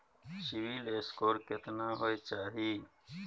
CIBIL score केतना होय चाही?